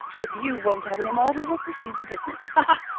if you won't have any more, we will proceed to business. ha!